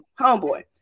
homeboy